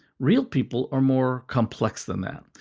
real people are more complex than that.